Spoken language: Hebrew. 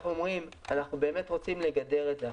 אנחנו אומרים שאנחנו באמת רוצים לגדר את זה,